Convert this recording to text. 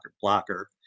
blocker